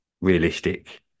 realistic